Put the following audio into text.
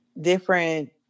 different